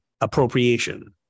appropriation